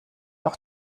auch